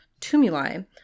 tumuli